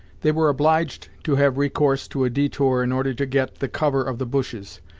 they were obliged to have recourse to a detour in order to get the cover of the bushes,